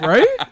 Right